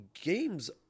games